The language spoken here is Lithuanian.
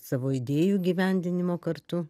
savo idėjų įgyvendinimo kartu